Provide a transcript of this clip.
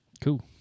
cool